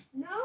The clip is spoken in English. No